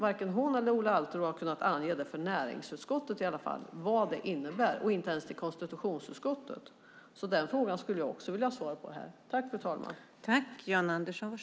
Varken hon eller Ola Alterå har kunnat ange för näringsutskottet vad det innebär och inte ens till konstitutionsutskottet. Så den frågan skulle jag också vilja ha svar på här.